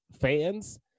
fans